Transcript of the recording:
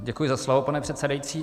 Děkuji za slovo, pane předsedající.